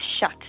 shut